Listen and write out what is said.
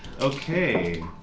Okay